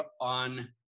on